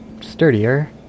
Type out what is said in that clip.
sturdier